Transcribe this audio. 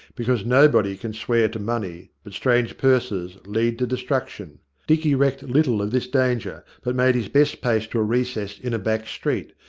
because nobody can swear to money, but strange purses lead to destruction. dicky recked little of this danger, but made his best pace to a recess in a back street,